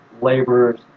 laborers